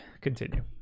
continue